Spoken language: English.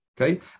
Okay